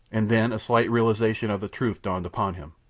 and then a slight realization of the truth dawned upon him.